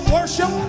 worship